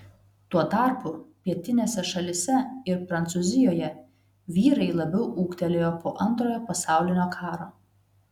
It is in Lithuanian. tuo tarpu pietinėse šalyse ir prancūzijoje vyrai labiau ūgtelėjo po antrojo pasaulinio karo